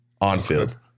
On-field